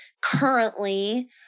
currently